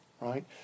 right